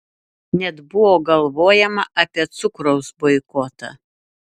net buvo galvojama apie cukraus boikotą